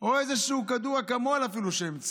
או אפילו איזשהו כדור אקמול שהם צריכים?